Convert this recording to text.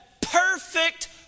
perfect